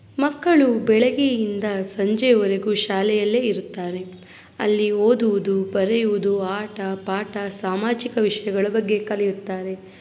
ಮಕ್ಕಳು ಬೆಳಿಗ್ಗೆಯಿಂದ ಸಂಜೆವರೆಗೂ ಶಾಲೆಯಲ್ಲೇ ಇರುತ್ತಾರೆ ಅಲ್ಲಿ ಓದುವುದು ಬರೆಯುವುದು ಆಟ ಪಾಠ ಸಾಮಾಜಿಕ ವಿಷಯಗಳ ಬಗ್ಗೆ ಕಲಿಯುತ್ತಾರೆ